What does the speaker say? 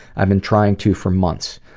i've been trying to for months.